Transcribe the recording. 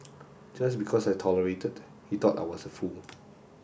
just because I tolerated he thought I was a fool